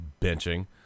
benching